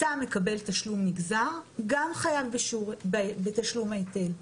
אתה מקבל תשלום נגזר, גם חייב בתשלום ההיטל.